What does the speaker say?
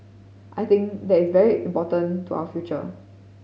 I think that is very important to our future